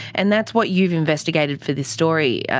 and that's what you've investigated for this story,